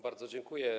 Bardzo dziękuję.